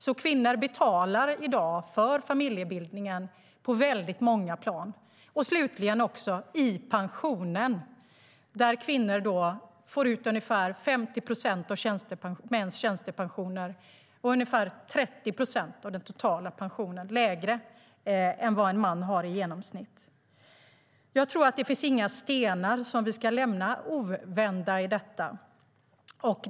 Så kvinnor betalar i dag för familjebildningen på många plan - slutligen också i pensionen, där kvinnor får ut ungefär 50 procent av mäns tjänstepensioner och ungefär 30 procent mindre av den totala pensionen än vad en man har i genomsnitt. Vi ska inte lämna några stenar ovända i detta.